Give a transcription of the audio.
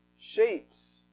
shapes